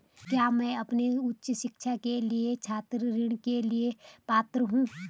क्या मैं अपनी उच्च शिक्षा के लिए छात्र ऋण के लिए पात्र हूँ?